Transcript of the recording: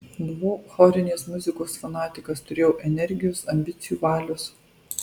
buvau chorinės muzikos fanatikas turėjau energijos ambicijų valios